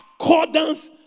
accordance